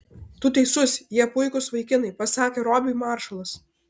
tu teisus jie puikūs vaikinai pasakė robiui maršalas